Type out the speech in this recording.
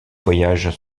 voyages